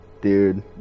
Dude